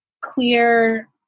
clear